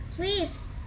Please